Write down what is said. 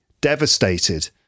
devastated